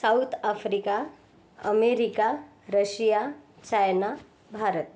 south Africa America Russia China Bharat